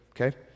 okay